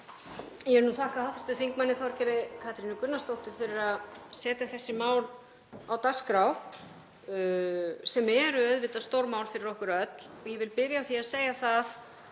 Ég vil þakka hv. þm. Þorgerði Katrínu Gunnarsdóttur fyrir að setja þessi mál á dagskrá, sem eru auðvitað stórmál fyrir okkur öll. Ég vil byrja á því að segja það,